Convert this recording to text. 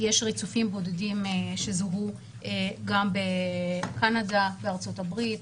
יש ריצופים בודדים שזוהו בקנדה ובארצות הברית,